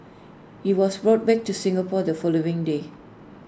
he was brought back to Singapore the following day